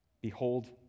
behold